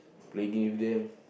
play game with them